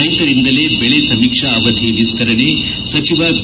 ರೈತರಿಂದಲೇ ಬೆಳೆ ಸಮೀಕ್ಷಾ ಅವಧಿ ವಿಸ್ತರಣೆ ಸಚಿವ ಬಿ